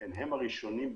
לכן הם בעצם הראשונים.